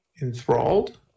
Enthralled